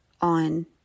on